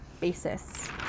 basis